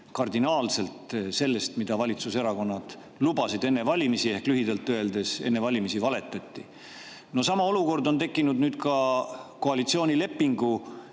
kardinaalselt sellest, mida valitsuserakonnad lubasid enne valimisi, ehk lühidalt öeldes, enne valimisi valetati. Sama olukord on tekkinud nüüd ka koalitsioonilepingu